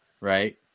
right